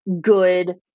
good